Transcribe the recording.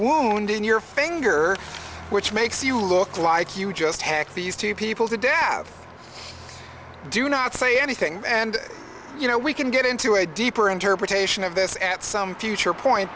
wound in your finger which makes you look like you just hacked these two people today have do not say anything and you know we can get into a deeper interpretation of this at some future point